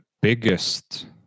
biggest